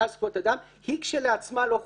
על זכויות אדם היא כשלעצמה לא חוקתית.